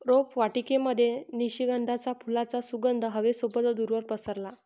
रोपवाटिकेमध्ये निशिगंधाच्या फुलांचा सुगंध हवे सोबतच दूरवर पसरला